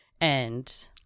And-